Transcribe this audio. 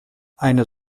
eine